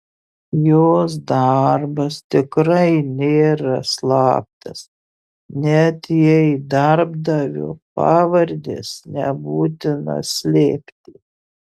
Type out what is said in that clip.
jos darbas tikrai nėra slaptas net jei darbdavio pavardės nebūtina slėpti